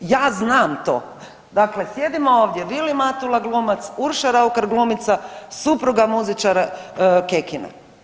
Ja znam to, dakle sjedimo ovdje Vilim Matula glumac, Urša Raukar glumica, supruga muzičara Kekina.